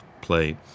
play